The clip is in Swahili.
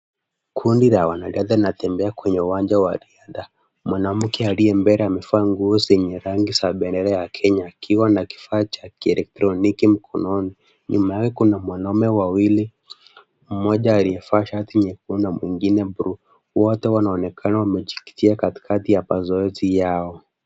Kundi la wanariadha wanatembea kwenye uwanja wa riadha. Mwanamke aliye mbele amevaa nguo zenye rangi ya bendera ya Kenya, akiwa na kifaa cha kielektroniki mkononi. Nyuma yake kuna wanaume wawili, mmoja aliyevaa shati nyekundu na mwingine buluu. Wote wanaonekana wamejikita katika baadhi ya mazoezi yao.